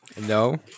No